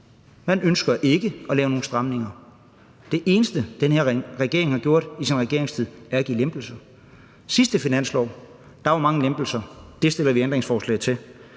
Man ønsker ikke at lave nogen stramninger. Det eneste, den her regering har gjort i sin regeringstid, er at give lempelser. I sidste finanslov var der mange lempelser, det stiller vi ændringsforslag til